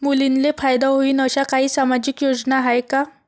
मुलींले फायदा होईन अशा काही सामाजिक योजना हाय का?